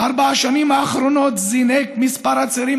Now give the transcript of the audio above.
בארבע השנים האחרונות זינק מספר הצעירים